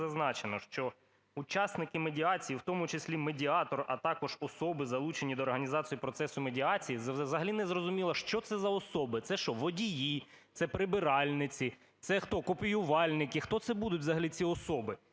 зазначено, що "учасники медіації, в тому числі медіатор, а також особи, залучені до організації процесу медіації". Це взагалі не зрозуміло, що це за особи? Це що, водії, це прибиральниці? Це хто, копіювальники? Хто це будуть взагалі, ці особи?